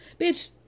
Bitch